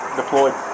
deployed